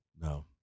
no